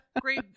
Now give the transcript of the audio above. great